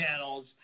channels